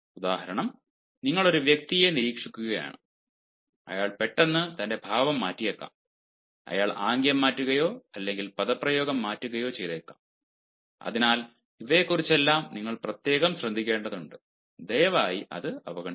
ഉദാഹരണത്തിന് നിങ്ങൾ ഒരു വ്യക്തിയെ നിരീക്ഷിക്കുകയാണ് അയാൾ പെട്ടെന്ന് തന്റെ ഭാവം മാറ്റിയേക്കാം അയാൾ ആംഗ്യം മാറ്റുകയോ അല്ലെങ്കിൽ പദപ്രയോഗം മാറ്റുകയോ ചെയ്തേക്കാം അതിനാൽ ഇവയെക്കുറിച്ചെല്ലാം നിങ്ങൾ പ്രത്യേകം ശ്രദ്ധിക്കേണ്ടതുണ്ട് ദയവായി അത് അവഗണിക്കുക